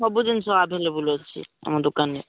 ସବୁ ଜିନିଷ ଆଭେଲେବୁଲ୍ ଅଛି ଆମ ଦୋକାନରେ